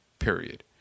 period